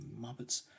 muppets